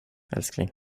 älskling